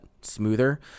smoother